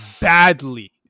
badly